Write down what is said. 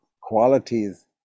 qualities